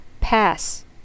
pass